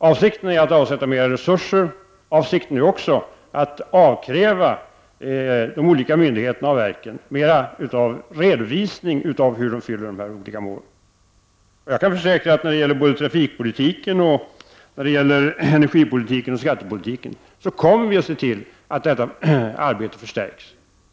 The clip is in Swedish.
Avsikten är att avsätta mera resurser, men också att avkräva de olika myndigheterna och verken mera redovisning av vad de har för syn på dessa olika mål. Jag kan försäkra att när det gäller såväl trafikpolitiken som energipolitiken och skattepolitiken kommer vi att se till att detta arbete förstärks.